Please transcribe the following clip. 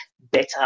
better